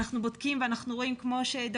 אנחנו בודקים ואנחנו רואים את